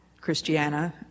Christiana